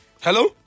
Hello